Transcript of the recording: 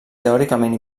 teòricament